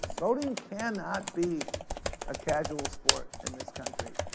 voting cannot be a casual sport in this country.